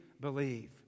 believe